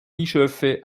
bischöfe